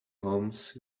homes